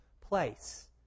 place